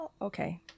Okay